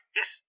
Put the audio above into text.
Yes